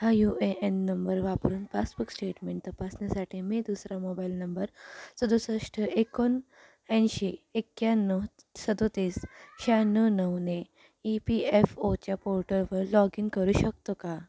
हा U A N number वापरून passbook statement तपासण्यासाठी मी दुसरा मोबाईल नंबर सदुसष्ट एकोणऐंशी एक्क्याण्णव सदतीस शहाण्णव नऊने ई पी एफ ओच्या पोर्टलवर लॉग इन करू शकतो का